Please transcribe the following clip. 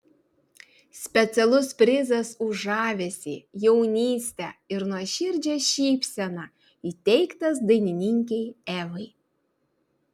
specialus prizas už žavesį jaunystę ir nuoširdžią šypseną įteiktas dainininkei evai